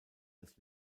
das